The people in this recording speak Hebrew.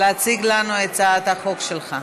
להציג לנו את הצעת החוק שלך.